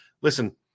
Listen